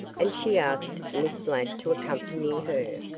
and she asked miss ladd to accompany her.